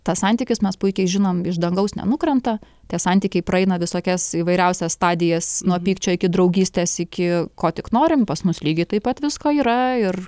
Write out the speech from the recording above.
tas santykis mes puikiai žinom iš dangaus nenukrenta tie santykiai praeina visokias įvairiausias stadijas nuo pykčio iki draugystės iki ko tik norim pas mus lygiai taip pat visko yra ir